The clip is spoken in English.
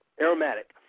Aromatic